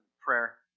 prayer